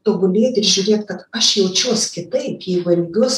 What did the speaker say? tobubėt ir žiūrėt kad aš jaučiaus kitaip jeigu elgiuos